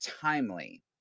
timely